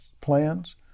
plans